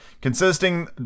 Consisting